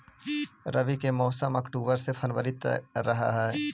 रब्बी के मौसम अक्टूबर से फ़रवरी रह हे